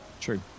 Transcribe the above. True